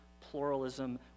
pluralism